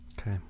Okay